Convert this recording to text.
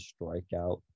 strikeout